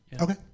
Okay